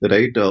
Right